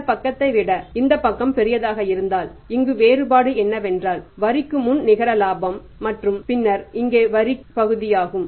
இந்த பக்கத்தை விட இந்த பக்கம் பெரியதாக இருந்தால் இங்கு வேறுபாடு என்னவென்றால் வரிக்கு முன் நிகர லாபம் மற்றும் பின்னர் இங்கே வரி பகுதியாகும்